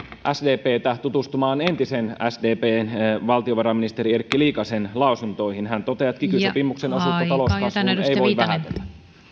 sdptä myös tutustumaan sdpn entisen valtiovarainministerin erkki liikasen lausuntoihin hän toteaa että kiky sopimuksen osuutta talouskasvuun ei voi vähätellä arvoisa